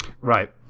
Right